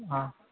हा